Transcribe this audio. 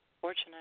fortunate